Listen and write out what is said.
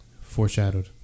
foreshadowed